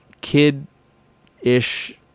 kid-ish